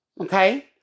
Okay